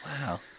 Wow